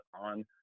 on